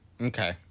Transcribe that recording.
Okay